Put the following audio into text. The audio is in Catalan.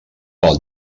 pel